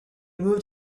moved